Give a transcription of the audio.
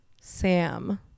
Sam